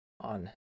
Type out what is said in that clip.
on